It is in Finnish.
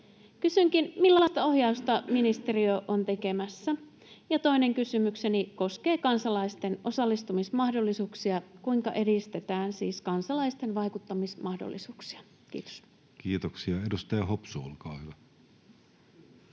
Kysynkin: millaista ohjausta ministeriö on tekemässä? Toinen kysymykseni koskee kansalaisten osallistumismahdollisuuksia: kuinka edistetään kansalaisten vaikuttamismahdollisuuksia? — Kiitos. Kiitoksia. — Edustaja Hopsu, olkaa hyvä.